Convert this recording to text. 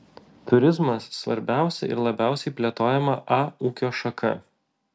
turizmas svarbiausia ir labiausiai plėtojama a ūkio šaka